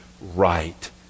right